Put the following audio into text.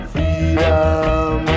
Freedom